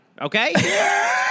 Okay